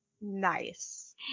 Nice